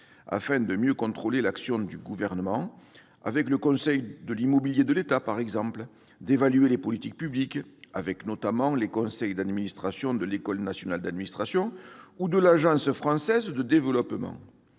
s'agit de mieux contrôler l'action du Gouvernement- à travers le Conseil de l'immobilier de l'État, par exemple -, d'évaluer les politiques publiques- en siégeant notamment aux conseils d'administration de l'École nationale d'administration ou de l'Agence française de développement